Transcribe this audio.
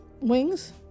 Wings